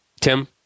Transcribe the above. Tim